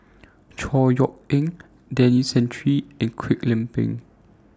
Chor Yeok Eng Denis Santry and Kwek Leng Beng